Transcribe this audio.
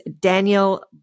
Daniel